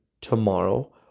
tomorrow